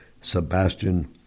Sebastian